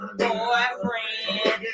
boyfriend